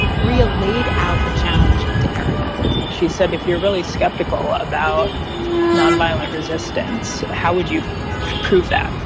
maria laid out a challenge to erica she said, if you're really skeptical about nonviolent resistance, how would you prove that?